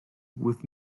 with